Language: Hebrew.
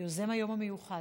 יוזם היום המיוחד.